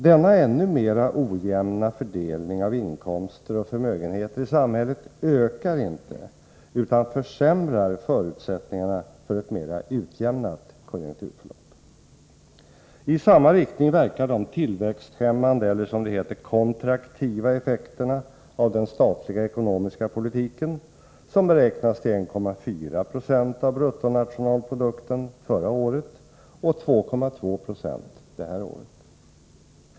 Denna ännu mera ojämna fördelning av inkomster och förmögenheter i samhället ökar inte, utan försämrar förutsättningarna för ett mer utjämnat konjunkturförlopp. I samma riktning verkar de tillväxthämmande eller ”kontraktiva” effekterna av den statliga ekonomiska politiken, som beräknas till 1,4 96 av bruttonationalprodukten förra året och 2,2 9 i år.